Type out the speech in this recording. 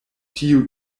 tiu